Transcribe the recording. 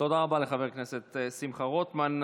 תודה רבה לחבר הכנסת שמחה רוטמן.